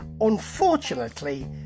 Unfortunately